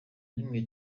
rimwe